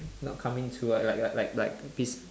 not coming to like like like like peace